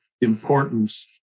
importance